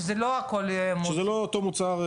שזה לא הכול --- שזה לא אותו מוצר,